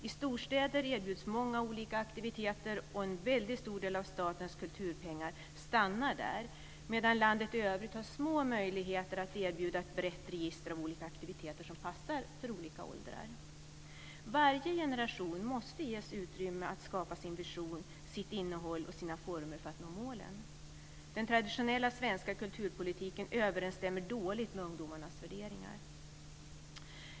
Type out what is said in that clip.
I storstäder erbjuds många olika aktiviteter, och en väldigt stor del av statens kulturpengar stannar där, medan landet i övrigt har små möjligheter att erbjuda ett brett register av olika aktiviteter som passar olika åldrar. Varje generation måste ges utrymme att skapa sin vision, sitt innehåll och sina former för att nå målen. Den traditionella svenska kulturpolitiken överensstämmer dåligt med ungdomars värderingar.